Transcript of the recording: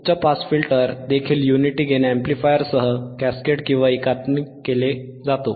उच्च पास फिल्टर देखील युनिटी गेन अॅम्प्लिफायरसह कॅस्केडएकात्मिक केला जातो